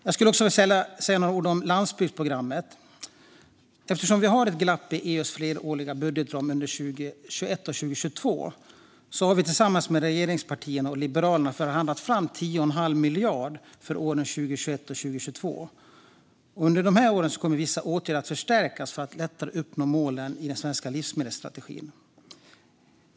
Jag skulle vilja säga några ord om landsbygdsprogrammet. Eftersom vi har ett glapp i EU:s fleråriga budgetram under 2021 och 2022 har vi tillsammans med regeringspartierna och Liberalerna förhandlat fram 10 1⁄2 miljard för åren 2021 och 2022. Under dessa år kommer vissa åtgärder att förstärkas för att lättare uppnå målen i den svenska livsmedelsstrategin.